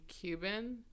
Cuban